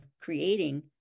creating